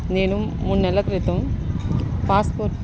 నేను మూడ్నెళ్ళ క్రితం పాస్పోర్ట్